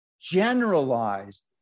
generalized